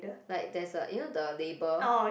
like there's a you know the label